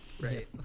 right